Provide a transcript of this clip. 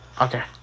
Okay